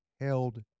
held